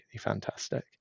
fantastic